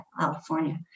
California